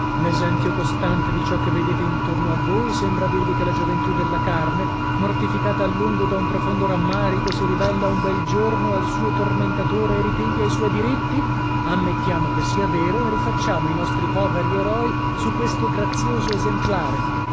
umana l'esempio costante di ciò che vedete intorno a voi sembra dirvi che la gioventù della carne mortificata a lungo da un profondo rammarico si ribella un bel giorno al suo tormentatore e ripiglia i suoi diritti ammettiamo che sia vero e rifacciamo i nostri poveri eroi su questo grazioso esemplare